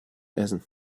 essen